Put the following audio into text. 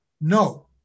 No